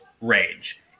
range